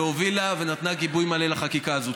הובילה ונתנה גיבוי מלא לחקיקה הזאת.